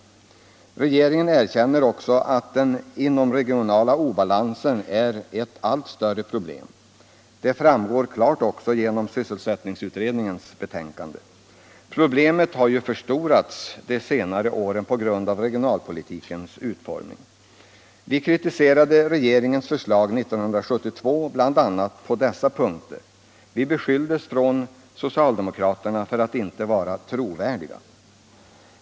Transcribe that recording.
Regeringen erkänner att den inomregionala obalansen är ett allt större problem. Det framstår klart även genom sysselsättningsutredningens betänkande. Problemet har ju förstorats de senaste åren på grund av regionalpolitikens utformning. Vi kritiserade regeringens förslag 1972 bl.a. på dessa punkter: Vi beskylldes då för att inte vara trovärdiga.